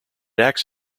acts